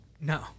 No